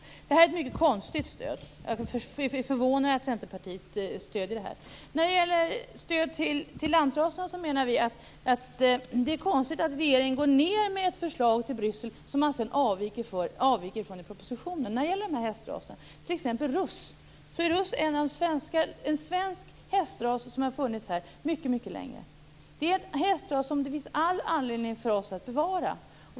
Det är ett mycket konstigt stöd. Jag är förvånad över att Centerpartiet är med på det. När det gäller stöd till lantraserna är det konstigt att regeringen går ned till Bryssel med ett förslag om hästraserna som man sedan avviker från i propositionen. Russ är t.ex. en svensk hästras som har funnits här mycket länge. Det är en hästras som det finns all anledning för oss att bevara.